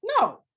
No